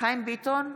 חיים ביטון,